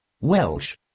Welsh